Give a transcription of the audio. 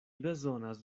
bezonas